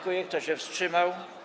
Kto się wstrzymał?